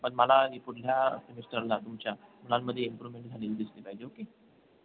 पण मला मी पुढल्या सेमेस्टरला तुमच्या मुलांमध्ये इम्प्रूव्हमेंट झालेली दिसली पाहिजे ओके